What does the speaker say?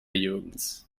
jürgens